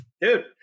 Dude